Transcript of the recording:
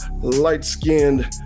light-skinned